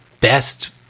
best